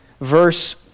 verse